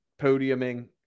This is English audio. podiuming